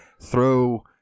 throw